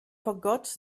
forgot